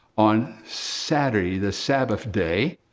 on saturday, the sabbath day,